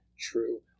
true